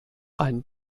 ein